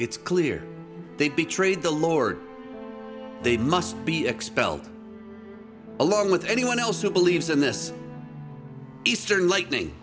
it's clear they betrayed the lord they must be expelled along with anyone else who believes in this eastern lightning